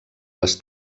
les